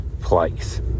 place